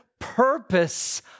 purpose